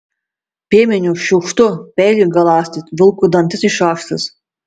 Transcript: piemeniui šiukštu peilį galąsti vilkui dantis išaštrins